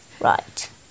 Right